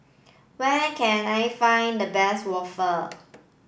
where can I find the best waffle